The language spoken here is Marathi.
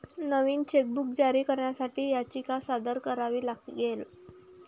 नवीन चेकबुक जारी करण्यासाठी याचिका सादर करावी लागेल